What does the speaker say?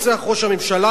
רוצח ראש הממשלה.